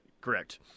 Correct